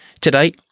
Today